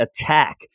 attack